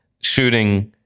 shooting